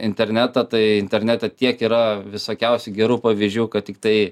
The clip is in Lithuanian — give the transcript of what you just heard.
internetą tai internete tiek yra visokiausių gerų pavyzdžių kad tiktai